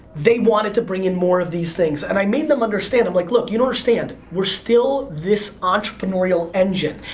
they wanted to bring in more of these things. and i made them understand, i'm like, look, you don't understand. we're still this entrepreneurial engine.